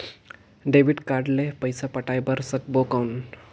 Debit card ले पइसा पटाय बार सकबो कौन?